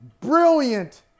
Brilliant